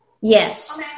Yes